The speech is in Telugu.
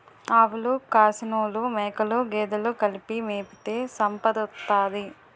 ఆవులు కాసినోలు మేకలు గేదెలు కలిపి మేపితే సంపదోత్తది